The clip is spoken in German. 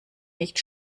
nicht